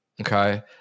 Okay